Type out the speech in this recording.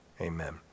amen